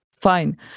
fine